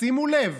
שימו לב,